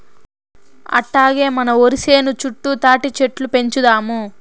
అట్టాగే మన ఒరి సేను చుట్టూ తాటిచెట్లు పెంచుదాము